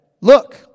look